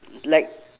like